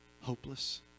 hopeless